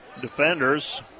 Defenders